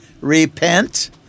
repent